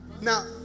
Now